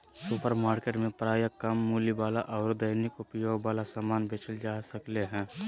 supermarket में प्रायः कम मूल्य वाला आरो दैनिक उपयोग वाला समान बेचल जा सक्ले हें